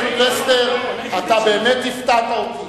היחידים, חבר הכנסת פלסנר, אתה באמת הפתעת אותי.